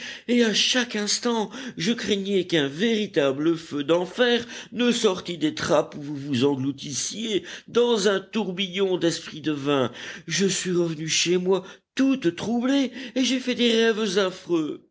et à chaque instant je craignais qu'un véritable feu d'enfer ne sortît des trappes où vous vous engloutissiez dans un tourbillon desprit de vin je suis revenue chez moi toute troublée et j'ai fait des rêves affreux